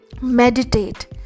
Meditate